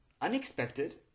unexpected